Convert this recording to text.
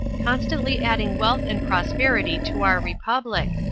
constantly adding wealth and prosperity to our republic,